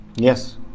yes